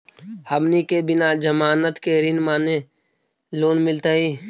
हमनी के बिना जमानत के ऋण माने लोन मिलतई?